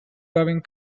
loving